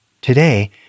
Today